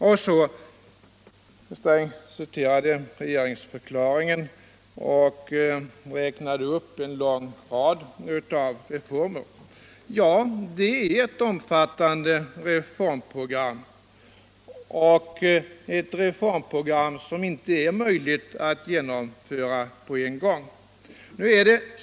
Herr Sträng citerade ur regeringsdeklarationen och räknade upp en lång rad reformer. Ja, det är ott omfattande reformprogram. som inte är rmöjligt att genomföra på en gång.